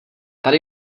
tady